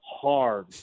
hard